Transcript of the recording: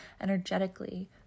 energetically